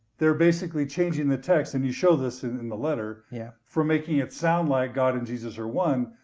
they're basically changing the text, and you show this in the letter yeah from making it sound like god and jesus are one,